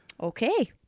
Okay